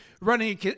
running